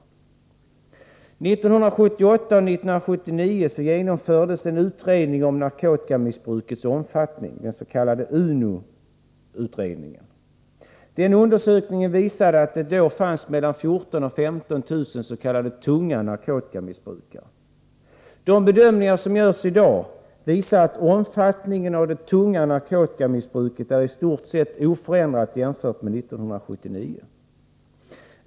1978 och 1979 genomfördes utredningen om narkotikamissbrukets omfattning, UNO. Den undersökningen visade att det då fanns mellan 14000 och 15 000 missbrukare av s.k. tung narkotika. De bedömningar som görs i dag visar att omfattningen av det tunga narkotikamissbruket är i stort sett oförändrat jämfört med 1979.